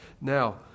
Now